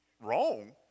wrong